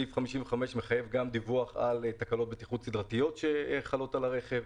סעיף 55 גם מחייב דיווח על תקלות בטיחות סדרתיות שקיימות ברכב,